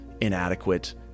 inadequate